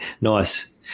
nice